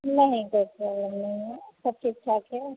नहीं कोई प्रॉब्लम नहीं है सब ठीक ठाक है